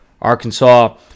Arkansas